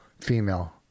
Female